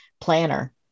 planner